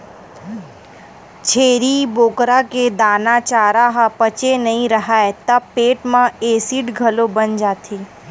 छेरी बोकरा के दाना, चारा ह पचे नइ राहय त पेट म एसिड घलो बन जाथे